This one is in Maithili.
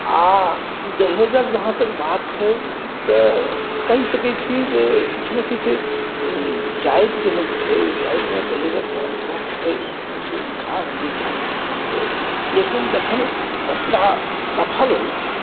आ दहेजक जहाँ तक बात छै तऽ कहि सकै छी जे किछु ने किछु जाति जेहन छै ओहि जातिमे दहेजक परम्परा छै एहिसॅं इन्कार नहि कयल जा सकैया लेकिन जखन बच्चा सफल होइ छै